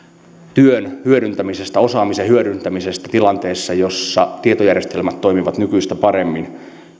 työn hyödyntämisestä osaamisen hyödyntämisestä tilanteessa jossa tietojärjestelmät toimivat nykyistä paremmin